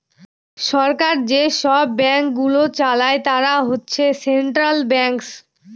সরকার যেসব ব্যাঙ্কগুলো চালায় তারা হচ্ছে সেন্ট্রাল ব্যাঙ্কস